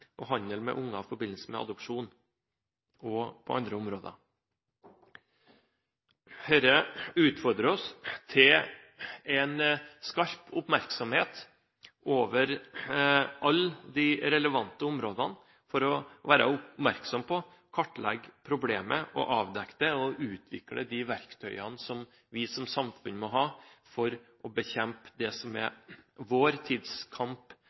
på andre områder. Dette utfordrer oss til skarp oppmerksomhet på alle de relevante områdene – være oppmerksom på problemet, kartlegge og avdekke det, og utvikle de verktøyene vi som samfunn må ha for å bekjempe det som er vår